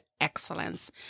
excellence